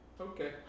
Okay